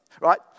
right